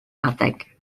adeg